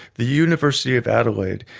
the university of adelaide.